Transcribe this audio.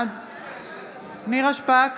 בעד נירה שפק,